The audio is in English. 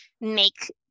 make